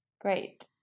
Great